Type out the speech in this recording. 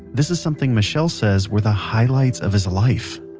this is, something michelle says were the highlights of his life